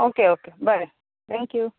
okay okay बोरें thank you